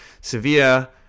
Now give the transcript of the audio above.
Sevilla